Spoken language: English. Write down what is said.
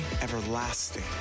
everlasting